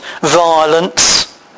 violence